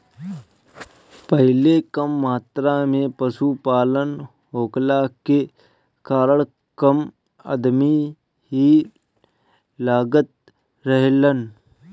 पहिले कम मात्रा में पशुपालन होखला के कारण कम अदमी ही लागत रहलन